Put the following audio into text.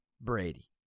Brady